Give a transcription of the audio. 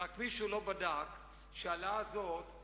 רק מישהו לא בדק שההעלאה הזאת,